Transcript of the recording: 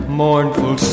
mournful